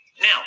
now